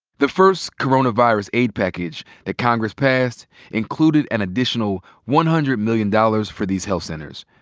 the first coronavirus aid package that congress passed included an additional one hundred million dollars for these health centers.